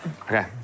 Okay